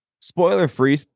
Spoiler-free